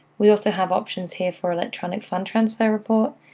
we also have options here for electronic fund transfer report,